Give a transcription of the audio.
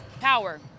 Power